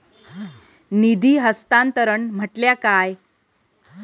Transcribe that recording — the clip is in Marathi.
निधी हस्तांतरण म्हटल्या काय?